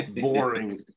Boring